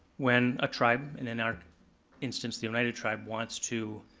when a tribe, and in our instance the oneida tribe, wants to